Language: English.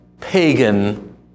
pagan